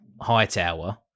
hightower